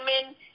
women